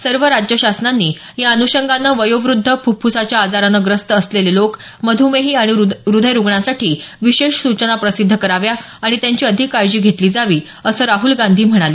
सर्व राज्यशासनांनी या अनुषंगानं वयोवृद्ध फुफ्फुसाच्या आजाराने ग्रस्त असलेले लोक मधुमेही आणि हृदयरुग्णांसाठी विशेष सूचना प्रसिद्ध कराव्या आणि त्यांची अधिक काळजी घेतली जावी असं राहुल गांधी म्हणाले